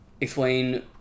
explain